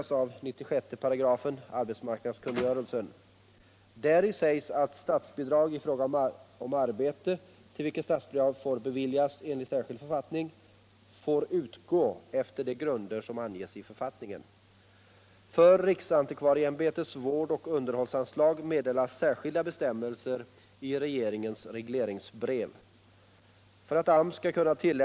som anges i författningen.